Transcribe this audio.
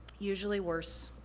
usually worse.